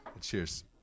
Cheers